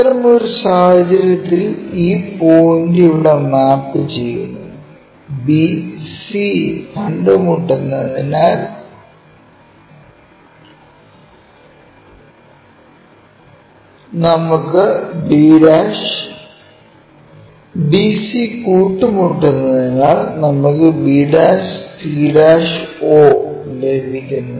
അത്തരമൊരു സാഹചര്യത്തിൽ ഈ പോയിന്റ് അവിടെ മാപ്പ് ചെയ്യുന്നു b c കൂട്ടിമുട്ടുന്നതിനാൽ നമുക്ക് b c o ലഭിക്കുന്നു